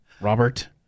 Robert